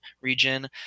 region